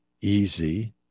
easy